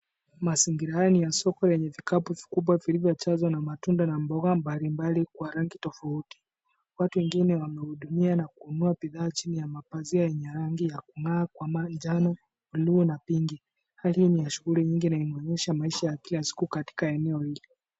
Mazingira haya ni ya soko yenye vikapu vikubwa vilivyojazwa na matunda na mboga mbalimbali kwa rangi tofauti. Watu wengine wamehudumia na kununua bidhaa chini ya mapazia yenye rangi ya kung'aa kwa manjano, bluu na pinki. Hali hii ni ya shughuli nyingi na inaonyesha maisha ya kila siku katika eneo hili.